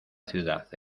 ciudad